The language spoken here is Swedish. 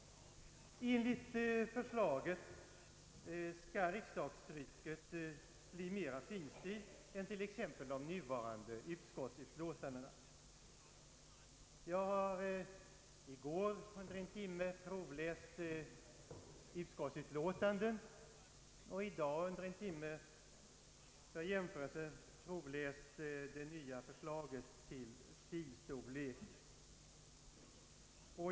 Enligt förslaget skall riksdagstrycket bli mera finstilt än t.ex. de nuvarande utskottsutlåtandena. Jag har i går under en timme provläst utskottsutlåtanden och i dag under en timme som jämförelse provläst det nya förslaget till stilstorlek.